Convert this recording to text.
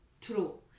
true